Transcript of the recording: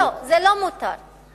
זה לא מותר,